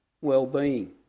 well-being